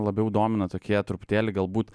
labiau domina tokie truputėlį galbūt